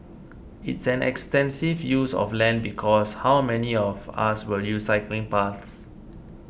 it's an extensive use of land because how many of us will use cycling paths